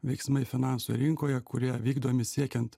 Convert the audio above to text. veiksmai finansų rinkoje kurie vykdomi siekiant